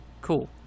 cool